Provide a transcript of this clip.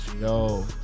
yo